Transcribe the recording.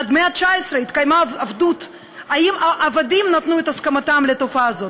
עד המאה ה-19 התקיימה עבדות האם העבדים נתנו את הסכמתם לתופעה הזאת?